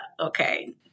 okay